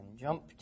jumped